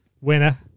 Winner